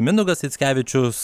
mindaugas rickevičius